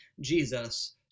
Jesus